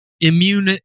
immune